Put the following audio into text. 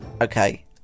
okay